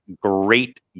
great